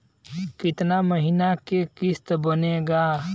कितना महीना के किस्त बनेगा?